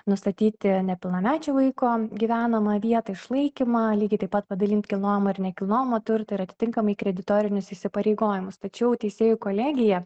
nustatyti nepilnamečio vaiko gyvenamą vietą išlaikymą lygiai taip pat padalint kilnojamą ir nekilnojamą turtą ir atitinkamai kreditorinius įsipareigojimus tačiau teisėjų kolegija